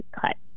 cut